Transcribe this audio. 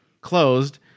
closed